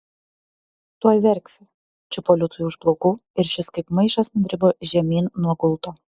tuoj verksi čiupo liūtui už plaukų ir šis kaip maišas nudribo žemyn nuo gulto